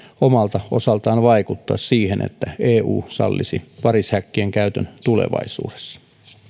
omalta osaltaan vaikuttaa siihen että eu sallisi varishäkkien käytön tulevaisuudessa